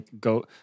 go